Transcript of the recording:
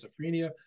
schizophrenia